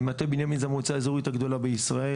מטה בנימין היא המועצה האזורית הגדולה בישראל,